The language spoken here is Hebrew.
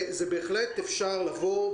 בהחלט אפשר לבוא,